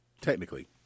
technically